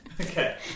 Okay